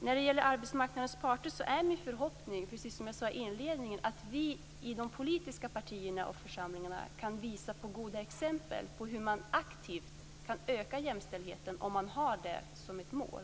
När det gäller arbetsmarknadens parter är min förhoppning, precis som jag sade i inledningen, att vi i de politiska partierna och församlingarna kan visa goda exempel på hur man aktivt kan öka jämställdheten om man har det som ett mål.